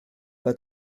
pas